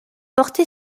porté